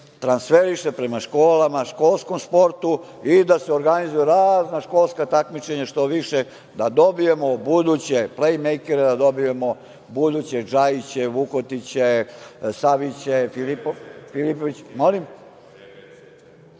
transferiše prema školama, školskom sportu i da se organizuju razna školska takmičenja što više, da dobijemo ubuduće plejmejkere, da dobijemo buduće Džajiće, Vukotiće, Saviće, Filipoviće…(Aleksandar